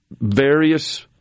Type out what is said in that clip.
various